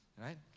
right